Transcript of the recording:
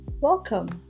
welcome